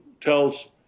tells